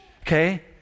okay